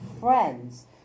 friends